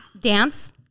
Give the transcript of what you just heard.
dance